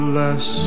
less